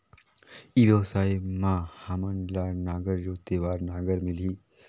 ई व्यवसाय मां हामन ला नागर जोते बार नागर मिलही?